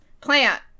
Plant